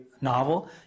novel